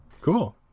Cool